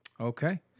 okay